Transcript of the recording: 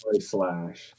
Slash